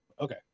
Okay